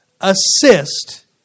assist